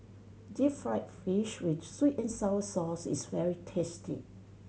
deep fried fish with sweet and sour sauce is very tasty